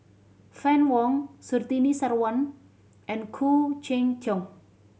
Fann Wong Surtini Sarwan and Khoo Cheng Tiong